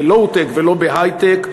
ב-low-tech ולא בהיי-טק,